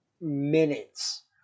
minutes